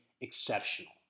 exceptional